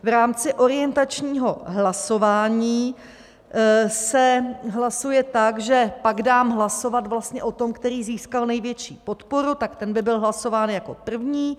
V rámci orientačního hlasování se hlasuje tak, že pak dám hlasovat vlastně o tom, který získal největší podporu, ten by byl hlasován jako první.